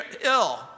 ill